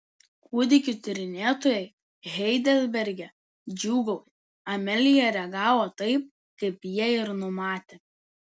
kūdikių tyrinėtojai heidelberge džiūgauja amelija reagavo taip kaip jie ir numatė